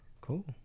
Cool